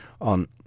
on